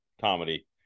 comedy